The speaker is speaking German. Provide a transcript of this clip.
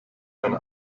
eine